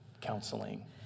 counseling